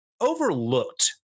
overlooked